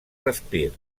respir